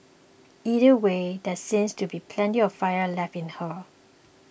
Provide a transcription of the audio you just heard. either way there seems to be plenty of fire left in her